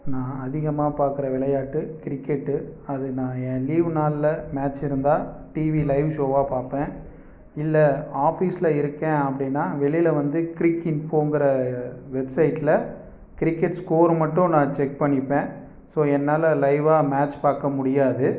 நான் அதிகமாக பார்க்குற விளையாட்டு கிரிக்கெட்டு அது நான் என் லீவு நாளில் மேட்ச் இருந்தால் டிவி லைவ் ஷோவாக பார்ப்பேன் இல்லை ஆஃபீஸ்சில் இருக்கேன் அப்படின்னா வெளியில் வந்து கிரிக்இன்ஃபோங்கிற வெப்சைட்டில் கிரிக்கெட் ஸ்கோரை மட்டும் நான் செக் பண்ணிப்பேன் ஸோ என்னால் லைவ்வாக மேட்ச் பார்க்க முடியாது